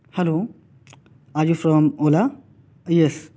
hello are you from ola yes